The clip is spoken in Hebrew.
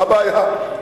מה הבעיה?